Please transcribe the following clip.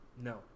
No